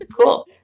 Cool